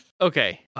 okay